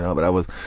um but i was